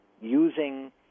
using